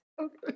Okay